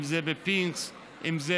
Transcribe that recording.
אם זה